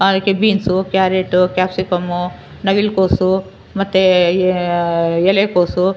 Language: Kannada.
ಅದಕ್ಕೆ ಬೀನ್ಸು ಕ್ಯಾರೆಟು ಕ್ಯಾಪ್ಸಿಕಮ್ಮು ನವಿಲು ಕೋಸು ಮತ್ತು ಈ ಎಲೆ ಕೋಸು